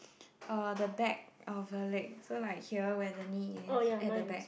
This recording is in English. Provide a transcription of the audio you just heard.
uh the back of her leg so like here where the knee is at the back